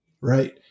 right